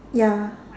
ya